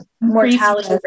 mortality